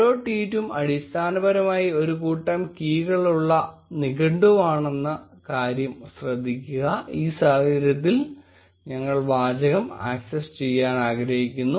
ഓരോ ട്വീറ്റും അടിസ്ഥാനപരമായി ഒരു കൂട്ടം കീകൾ ഉള്ള ഒരു നിഘണ്ടുവാണെന്ന കാര്യം ശ്രദ്ധിക്കുക ഈ സാഹചര്യത്തിൽ ഞങ്ങൾ വാചകം ആക്സസ് ചെയ്യാൻ ആഗ്രഹിക്കുന്നു